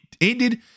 ended